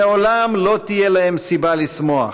לעולם לא תהיה להם סיבה לשמוח,